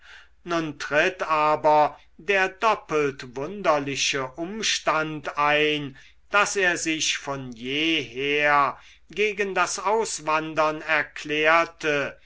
nun tritt aber der doppelt wunderliche umstand ein daß er sich von jeher gegen das auswandern erklärte